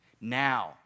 Now